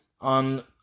on